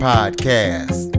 Podcast